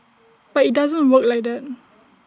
but IT doesn't work like that